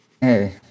Hey